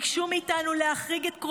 ביקשו מאיתנו להחריג את מחבלי יהודה ושומרון,